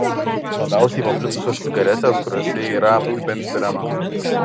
labiausiai paplitusios cigaretės kuriose yra benzpireno